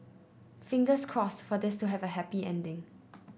fingers crossed for this to have a happy ending